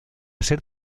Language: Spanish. ser